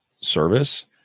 Service